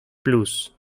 plus